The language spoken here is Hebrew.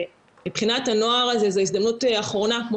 ומבחינת הנוער הזה זו הזדמנות אחרונה כמו